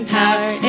power